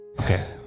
Okay